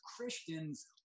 Christians